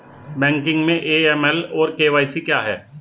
Banking में AML और KYC क्या हैं?